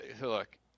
Look